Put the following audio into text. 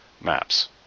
Maps